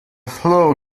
flow